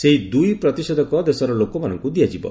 ସେହି ଦୁଇ ପ୍ରତିଷେଧକ ଦେଶର ଲୋକମାନଙ୍କୁ ଦିଆଯିବ